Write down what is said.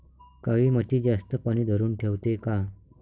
काळी माती जास्त पानी धरुन ठेवते का?